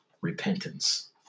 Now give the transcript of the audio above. repentance